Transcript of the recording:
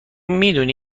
میدونی